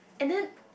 and then